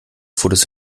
fotos